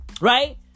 Right